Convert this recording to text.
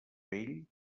vell